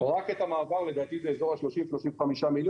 רק את המעבר, לדעתי בסביבות 30, 35 מיליון.